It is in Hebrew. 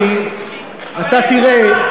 זה לא בסדר.